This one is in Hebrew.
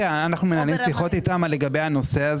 אנחנו מנהלים שיחות איתם בנושא.